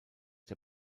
der